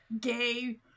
gay